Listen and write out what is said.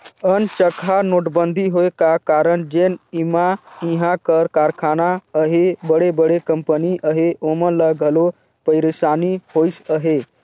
अनचकहा नोटबंदी होए का कारन जेन हमा इहां कर कारखाना अहें बड़े बड़े कंपनी अहें ओमन ल घलो पइरसानी होइस अहे